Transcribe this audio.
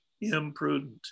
Imprudent